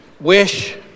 wish